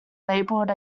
labeled